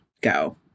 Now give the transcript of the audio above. go